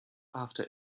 after